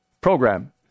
program